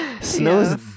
Snow's